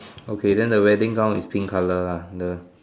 okay then the wedding gown is pink colour lah the